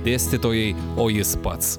dėstytojai o jis pats